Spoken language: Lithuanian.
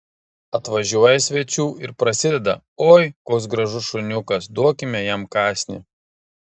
atvažiuoja svečių ir prasideda oi koks gražus šuniukas duokime jam kąsnį